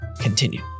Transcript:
continue